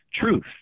truth